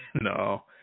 No